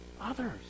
Others